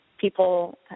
people